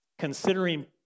considering